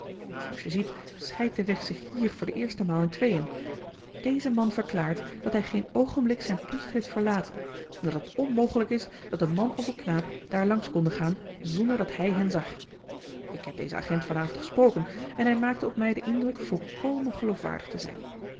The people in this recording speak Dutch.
zooals je ziet scheidt de weg zich hier voor de eerste maal in tweeën deze man verklaart dat hij geen oogenblik zijn post heeft verlaten en dat het onmogelijk is dat een man of een knaap daar langs konden gaan zonder dat hij hen zag ik heb dezen agent van avond gesproken en hij maakte op mij den indruk volkomen geloofwaardig te zijn